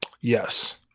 yes